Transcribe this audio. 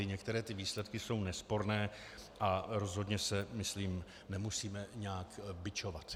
Některé výsledky jsou nesporné a rozhodně se myslím nemusíme nějak bičovat.